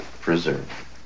Preserve